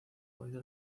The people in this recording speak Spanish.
oído